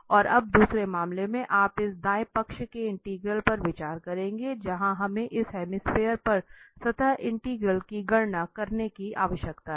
और अब दूसरे मामले में आप इस दाएं पक्ष के इंटीग्रल पर विचार करेंगे जहां हमें इस हेमीस्फेरे पर सतह इंटीग्रल की गणना करने की आवश्यकता है